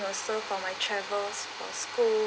also for my travels for school